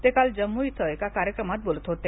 ते काल जम्मू इथं एका कार्यक्रमात बोलत होते